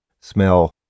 smell